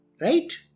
Right